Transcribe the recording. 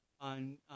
on